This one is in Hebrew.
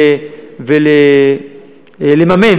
ולממן,